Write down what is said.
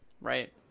Right